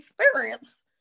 experience